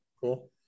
Cool